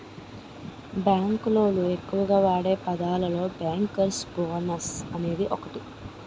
bank లోళ్ళు ఎక్కువగా వాడే పదాలలో బ్యేంకర్స్ బోనస్ అనేది ఒకటి